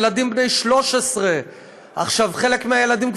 ילדים בני 13. חלק מהילדים,